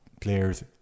players